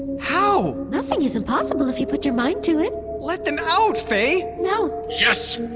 how? nothing is impossible if you put your mind to it let them out, faye! no yes!